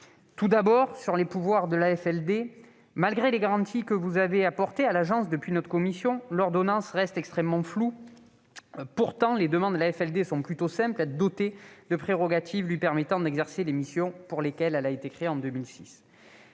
tout d'abord les pouvoirs de l'AFLD, malgré les garanties que vous avez apportées à l'Agence depuis notre réunion de commission, l'ordonnance reste extrêmement floue. Pourtant, les demandes de l'AFLD sont plutôt simples : elle souhaite être dotée des prérogatives qui lui permettraient d'exercer les missions pour lesquelles elle a été créée en 2006.